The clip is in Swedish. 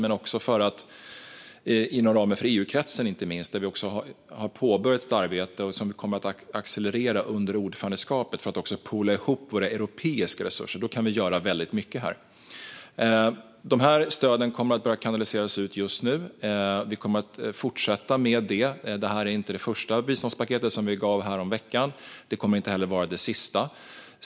Inte minst inom ramen för EUkretsen, där vi har påbörjat ett arbete som vi kommer att accelerera under ordförandeskapet för att poola ihop de europeiska resurserna, kan vi göra väldigt mycket. De här stöden börjar kanaliseras ut just nu. Vi kommer att fortsätta med det. Biståndspaketet som vi gav häromveckan är inte det första och kommer inte heller att vara det sista.